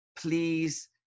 Please